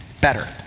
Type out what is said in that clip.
better